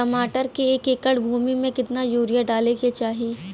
टमाटर के एक एकड़ भूमि मे कितना यूरिया डाले के चाही?